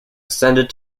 extended